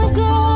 go